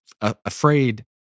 afraid